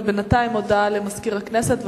בינתיים הודעה לסגן מזכירת הכנסת.